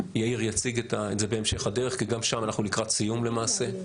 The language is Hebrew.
יאיר יציג את זה בהמשך הדרך כי גם שם אנחנו לקראת סיום למעשה.